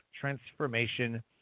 Transformation